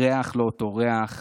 הריח לא אותו ריח,